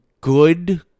good